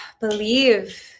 believe